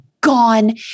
gone